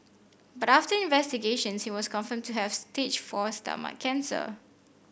but after investigations he was confirmed to have stage four stomach cancer